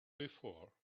before